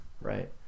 Right